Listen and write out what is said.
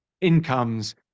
incomes